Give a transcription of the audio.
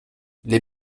les